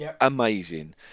amazing